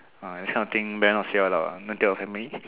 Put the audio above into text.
ah this kind of thing better not say out loud ah don't tell your family